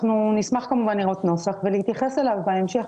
כאן כמובן נשמח לראות נוסח ולהתייחס אליו בהמשך.